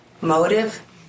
motive